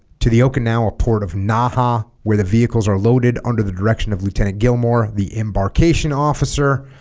to the okinawa port of naha where the vehicles are loaded under the direction of lieutenant gilmore the embarkation officer